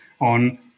on